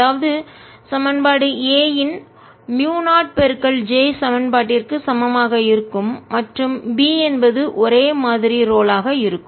அதாவது சமன்பாடு A யின் மூயு 0 J சமன்பாட்டிற்கு சமமாக இருக்கும் மற்றும் B என்பது ஒரே மாதிரி ரோல் ஆக இருக்கும்